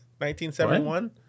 1971